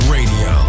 Radio